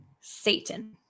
Satan